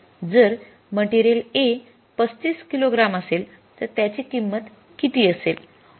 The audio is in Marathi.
जर मटेरियल A ३५ किलोग्राम असेल तर त्याची किंमत किती असेल